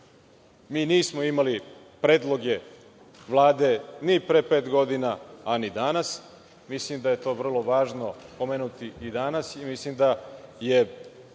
nismo imali predloge Vlade ni pre pet godina, a ni danas. Mislim da je to vrlo važno pomenuti i danas i mislim da je